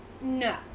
no